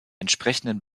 entsprechenden